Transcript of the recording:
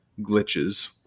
glitches